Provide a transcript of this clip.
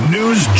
News